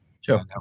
Sure